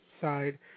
side